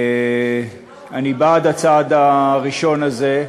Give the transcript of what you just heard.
אני בעד הצעד הראשון הזה.